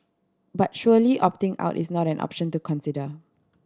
but surely opting out is not an option to consider